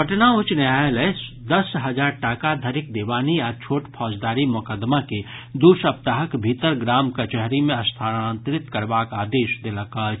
पटना उच्च न्यायालय दस हजार टाका धरिक दीवानी आ छोट फौजदारी मोकदमा के दू सप्ताहक भीतर ग्राम कचहरी मे स्थानांतरित करबाक आदेश देलक अछि